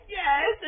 yes